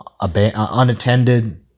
unattended